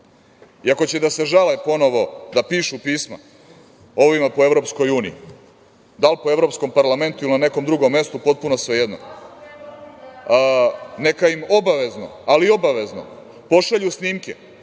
će da se žale ponovo, da pišu pisma ovima po Evropskoj uniji, da li po Evropskom parlamentu ili na nekom drugom mestu, potpuno je svejedno, neka im obavezno, ali obavezno, pošalju snimke,